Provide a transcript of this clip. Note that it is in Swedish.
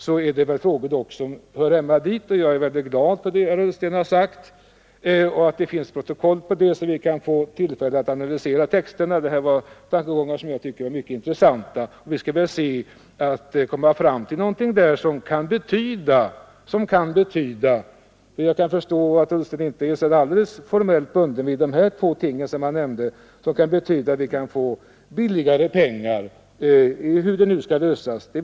Jag är glad för att det som herr Ullsten sagt finns protokollfört, så att vi kan få tillfälle att analysera texterna. Jag tycker att tankegångarna var mycket intressanta, och vi skall väl försöka — jag förstår att herr Ullsten inte är så formellt bunden vid de två ting han nämnde — komma fram till någonting som kan betyda billigare pengar till bostadsbyggande.